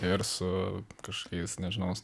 ir su kažkokiais nežinau